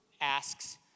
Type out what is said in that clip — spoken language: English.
asks